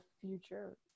future